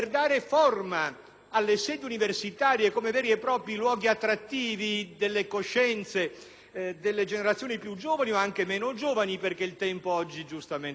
alle sedi universitarie come veri e propri luoghi attrattivi delle coscienze delle generazioni più giovani (o anche meno giovani, visto che la vita oggi giustamente si allunga),